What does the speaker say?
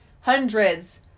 hundreds